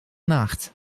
nacht